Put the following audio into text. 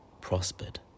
prospered